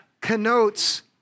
connotes